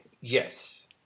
Yes